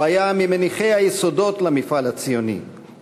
הוא היה ממניחי היסודות למפעל הציוני,